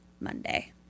Monday